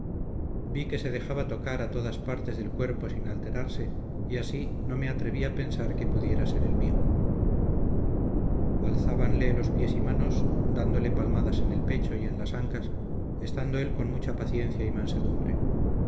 vi que se dejaba tocar a todas las partes del cuerpo sin alterarse y así no me atreví a pensar que pudiera ser el mio alzábanle los pies y manos dándole palmadas en el pecho y en las ancas estando él con mucha paciencia y mansedumbre